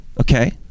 Okay